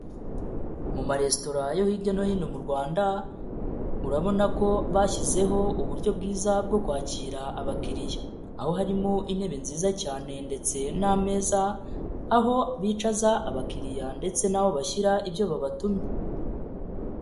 Mu maresitora yo hirya no hino mu Rwanda urabona ko bashyizeho uburyo bwiza bwo kwakira abakiriya, aho harimo intebe nziza cyane ndetse n'ameza, aho bicaza abakiriya ndetse n'aho bashyirira ibyo babatumye.